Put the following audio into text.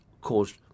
caused